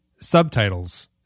subtitles